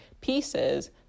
pieces